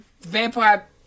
vampire